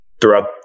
throughout